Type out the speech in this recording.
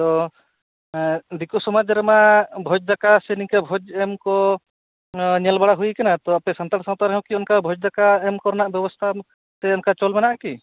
ᱟᱫᱚ ᱫᱤᱠᱩ ᱥᱚᱢᱟᱡ ᱨᱮᱢᱟ ᱱᱤᱱᱠᱟ ᱵᱷᱳᱡ ᱫᱟᱠᱟ ᱥᱮ ᱱᱤᱱᱠᱟᱹ ᱵᱷᱳᱡ ᱮᱢ ᱠᱚ ᱧᱮᱞ ᱵᱟᱲᱟ ᱦᱩᱭ ᱠᱟᱱᱟ ᱛᱳ ᱥᱟᱱᱛᱲ ᱥᱟᱶᱛᱟ ᱨᱮᱦᱚ ᱠᱤ ᱵᱷᱳᱡ ᱫᱟᱠᱟ ᱮᱢ ᱠᱚᱨᱮᱱᱟᱜ ᱵᱮᱵᱚᱥᱛᱷᱟ ᱥᱮ ᱚᱱᱠᱟ ᱪᱚᱞ ᱢᱮᱱᱟᱼᱟ ᱠᱤ